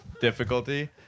difficulty